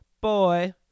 boy